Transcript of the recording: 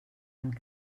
amb